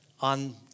on